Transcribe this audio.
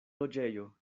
loĝejo